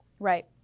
Right